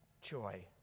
joy